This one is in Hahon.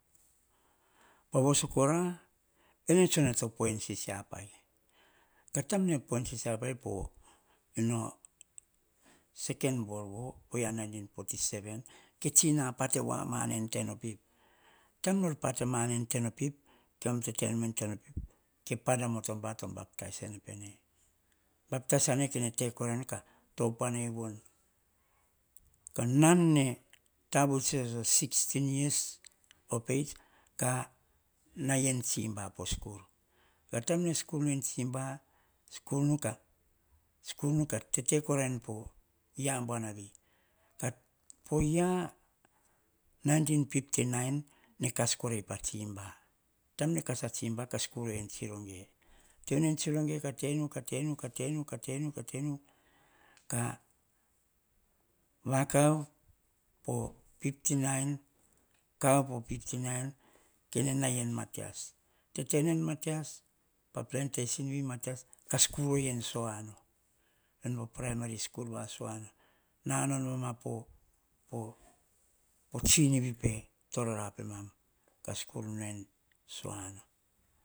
Pa voso kora, ene tsuna to po en sisiapai. Ka toim nene po en sisiapai po ino second world war po via nineteen forty-seven ke tsina, pate voa mane en teno pip. Ke pada motoba bab tais ene pene, bab tais ene, kene te kora nu ka topoanai voni. Ko nan nene tavut o sixteen years of age. Ka nai en tsiboi po sikur. Taim nene sikur nu en tsiba, ka tete korai nu po ya buanavi po ya, nineteen fifty nine, nene kas karai pa tsiba. Taim nene kas a tsiba, ka sikur ei en tsiroge. taim nene tenu en tsiroge, katenu, ka, tenu, ka tenu ka tenu, ka tenu, ka tenu, kavaka po fifty nine, kav po piti nain. Kene nai en matias, pa plantation ei matias, ka sikur ei en sohana, veni po primary va sohano. Nanao nomama po tsinivi pe toarara pemam. Ka sikur nu en sohana.